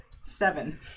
Seven